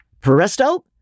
Presto